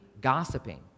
gossiping